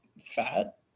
fat